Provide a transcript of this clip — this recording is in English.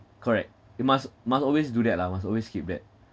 correct you must must always do that lah must always keep that